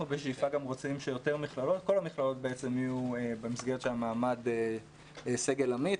אנחנו בשאיפה רוצים שכל המכללות יהיו במסגרת של מעמד סגל עמית,